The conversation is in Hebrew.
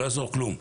לא יעזור כלום.